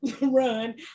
run